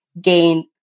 gain